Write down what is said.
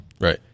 Right